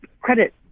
credit